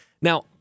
Now